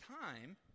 time